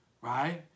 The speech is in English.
right